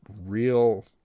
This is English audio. real